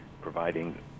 providing